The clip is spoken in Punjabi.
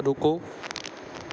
ਰੁਕੋ